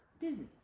Disney